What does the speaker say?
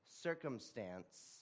circumstance